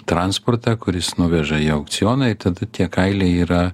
transportą kuris nuveža į aukcioną ir tada tie kailiai yra